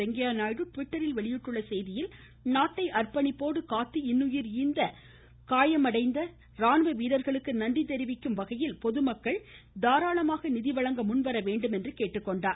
வெங்கைய நாயுடு ட்விட்டரில் வெளியிட்ட செய்தியில் நாட்டை அர்ப்பணிப்போடு காத்து இன்னுயிர் ஈந்த காயமடைந்த ராணுவ வீரர்களுக்கு நன்றி தெரிவிக்கும் வகையில் பொதுமக்கள் தாராளமாக நிதிவழங்க முன்வரவேண்டுமென்று கேட்டுக்கொண்டார்